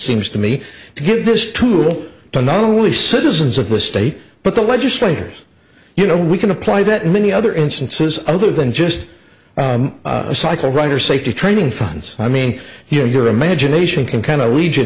seems to me to give this tool to not only citizens of the state but the legislators you know we can apply that many other instances other than just a cycle rider safety training funds i mean you know your imagination can kind of a region